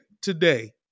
today